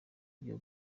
byo